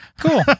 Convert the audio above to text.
Cool